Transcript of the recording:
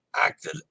acted